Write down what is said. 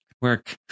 work